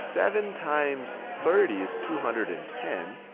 seven times thirty is two hundred and ten,